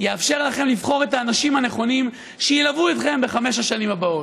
יאפשר לכם לבחור את האנשים הנכונים שילוו אתכם בחמש השנים הבאות.